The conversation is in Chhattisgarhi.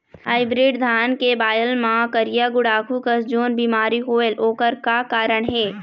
हाइब्रिड धान के बायेल मां करिया गुड़ाखू कस जोन बीमारी होएल ओकर का कारण हे?